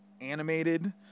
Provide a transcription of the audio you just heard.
animated